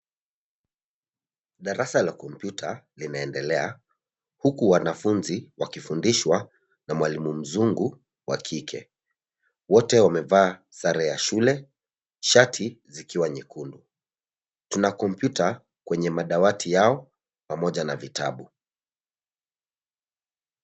Darasa la kompyuta linaendelea, huku wanafunzi wakifundishwa na mwalimu mzungu wa kike. Wote wamevaa sare ya shule, shati zikiwa nyekundu. Tuna kompyuta, kwenye madawati yao pamoja, na vitabu.